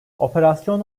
operasyon